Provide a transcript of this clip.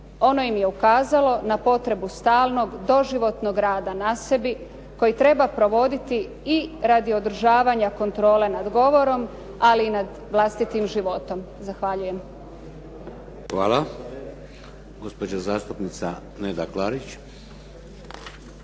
Ono im je ukazalo na potrebu stalnog doživotnog rada na sebi, koji treba provoditi i radi održavanja kontrole nad govorom, ali i nad vlastitim životom. Zahvaljujem. **Šeks, Vladimir (HDZ)** Hvala. Gospođa zastupnica Neda Klarić.